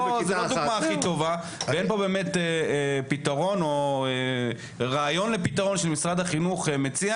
הכי טובה ואין פה באמת פתרון או רעיון לפתרון שמשרד החינוך מציע